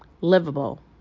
livable